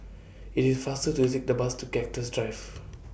IT IS faster to Take The Bus to Cactus Drive